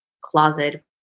closet